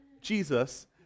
Jesus